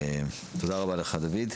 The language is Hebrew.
תודה רבה לך, דוד.